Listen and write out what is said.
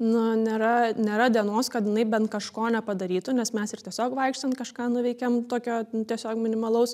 nu nėra nėra dienos kad jinai bent kažko nepadarytų nes mes ir tiesiog vaikštant kažką nuveikiam tokio tiesiog minimalaus